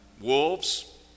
Wolves